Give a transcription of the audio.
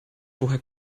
woher